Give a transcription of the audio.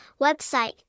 website